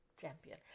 champion